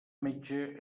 metge